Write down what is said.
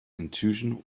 intuition